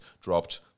dropped